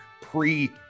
pre